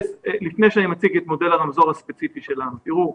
לפני שאני מציג את מודל הרמזור הספציפי שלנו אני רוצה לומר: תראו,